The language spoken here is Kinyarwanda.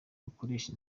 gukoresha